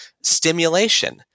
stimulation